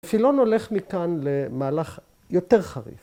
‫פילון הולך מכאן ‫למהלך יותר חריף.